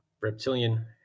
reptilian